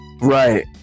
right